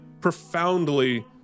profoundly